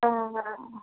हाँ हाँ